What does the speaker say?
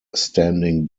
standing